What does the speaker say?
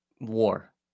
war